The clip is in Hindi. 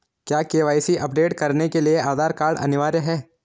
क्या के.वाई.सी अपडेट करने के लिए आधार कार्ड अनिवार्य है?